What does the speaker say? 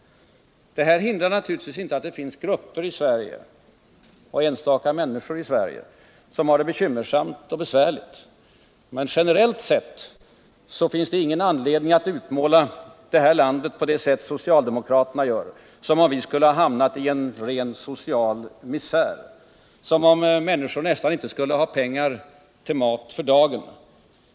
Detta hindrar naturligtvis inte att det i Sverige finns grupper och enstaka människor som har det bekymmersamt och besvärligt. Men generellt sett finns det ingen anledning att utmåla det här landet på det sätt socialdemokraterna gör, som om vi skulle ha hamnat i en ren social misär, som om människor nästan inte skulle ha pengar till mat för dagen.